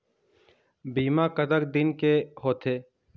बीमा कतक दिन के होते?